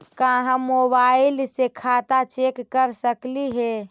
का हम मोबाईल से खाता चेक कर सकली हे?